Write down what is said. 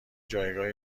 جایگاه